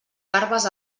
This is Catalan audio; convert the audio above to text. garbes